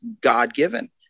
God-given